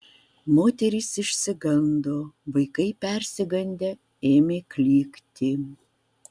moterys išsigando vaikai persigandę ėmė klykti